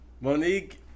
Monique